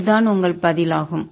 இதுதான் உங்கள் பதில் விடை ஆகும்